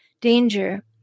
danger